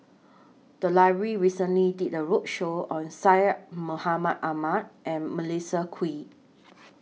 The Library recently did A roadshow on Syed Mohamed Ahmed and Melissa Kwee